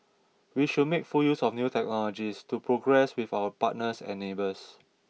we should make full use of new technologies to progress with our partners and neighbours